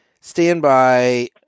standby